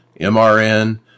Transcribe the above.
MRN